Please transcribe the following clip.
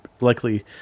likely